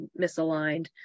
misaligned